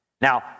Now